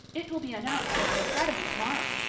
it will be announced in the academy tomorrow.